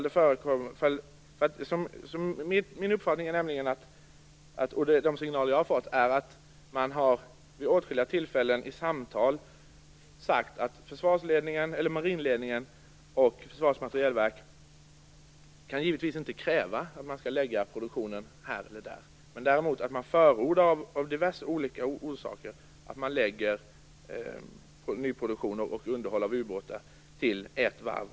Den uppfattning jag har fått är att man vid åtskilliga tillfällen i samtal sagt att marinledningen och Försvarets materielverk givetvis inte kan kräva att produktionen skall läggas här eller där. Men däremot förordas, av diverse olika orsaker, att man förlägger nyproduktionen och underhållet av ubåtar till ett varv.